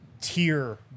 tier